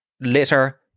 litter